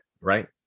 right